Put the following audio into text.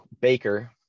Baker